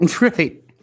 Right